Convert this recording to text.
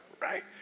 right